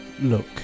look